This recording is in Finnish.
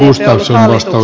arvoisa puhemies